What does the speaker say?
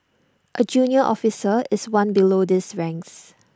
A junior officer is one below these ranks